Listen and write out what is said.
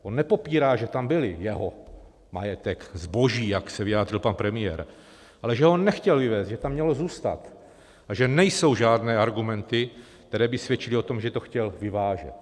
On nepopírá, že tam byly, jeho majetek, zboží, jak se vyjádřil pan premiér, ale že ho nechtěl vyvézt, že tam mělo zůstat a že nejsou žádné argumenty, které by svědčily o tom, že to chtěl vyvážet.